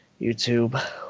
YouTube